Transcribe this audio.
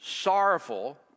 sorrowful